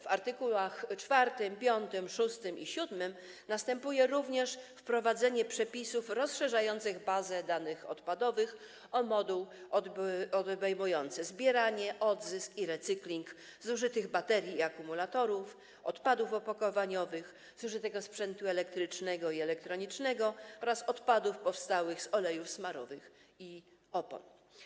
W art. 4, 5, 6 i 7 następuje również wprowadzenie przepisów rozszerzających bazę danych odpadowych o moduł obejmujący zbieranie, odzysk i recykling zużytych baterii i akumulatorów, odpadów opakowaniowych, zużytego sprzętu elektrycznego i elektronicznego oraz odpadów powstałych z olejów smarowych i opon.